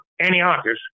Antiochus